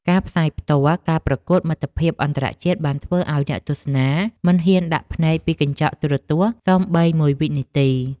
ការផ្សាយផ្ទាល់ការប្រកួតមិត្តភាពអន្តរជាតិបានធ្វើឱ្យអ្នកទស្សនាមិនហ៊ានដាក់ភ្នែកពីកញ្ចក់ទូរទស្សន៍សូម្បីមួយវិនាទី។